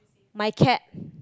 my cat